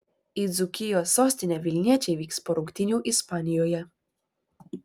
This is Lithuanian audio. į dzūkijos sostinę vilniečiai vyks po rungtynių ispanijoje